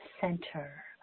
center